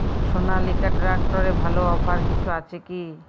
সনালিকা ট্রাক্টরে ভালো অফার কিছু আছে কি?